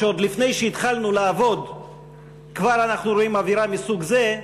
שעוד לפני שהתחלנו לעבוד כבר אנחנו רואים אווירה מסוג זה,